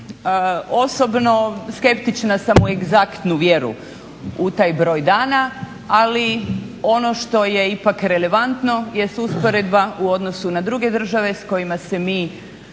osobno skeptična sam u egzaktnu vjeru u taj broj dana ali ono što je ipak relevantno jest usporedba u odnosu na druge države s kojima se mi